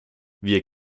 wir